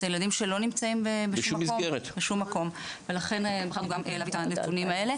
זה ילדים שלא נמצאים בשום מקום ולכן בחרנו גם להביא את הנתונים האלה.